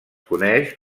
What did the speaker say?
coneix